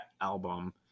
album